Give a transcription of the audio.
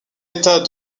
état